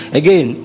again